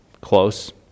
close